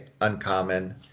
uncommon